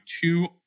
two